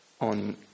on